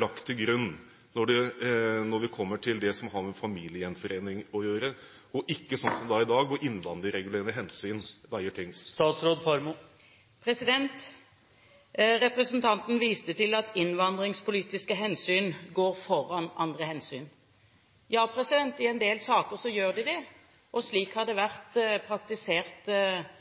lagt til grunn når vi kommer til det som har med familiegjenforening å gjøre – og ikke slik som det er i dag, hvor innvandringsregulerende hensyn veier tyngst? Representanten viste til at innvandringspolitiske hensyn går foran andre hensyn. Ja, i en del saker gjør de det. Slik har det vært praktisert,